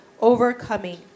overcoming